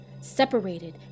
separated